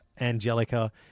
Angelica